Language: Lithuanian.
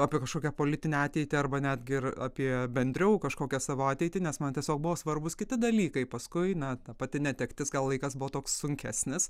apie kažkokią politinę ateitį arba netgi ir apie bendriau kažkokią savo ateitį nes man tiesiog buvo svarbūs kiti dalykai paskui na ta pati netektis gal laikas buvo toks sunkesnis